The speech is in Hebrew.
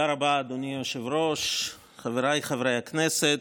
תודה רבה, אדוני היושב-ראש, חבריי חברי הכנסת.